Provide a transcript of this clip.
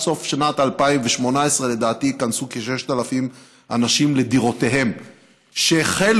עד סוף שנת 2018 לדעתי ייכנסו כ-6,000 אנשים לדירות שהחלו